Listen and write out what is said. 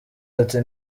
ati